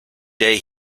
day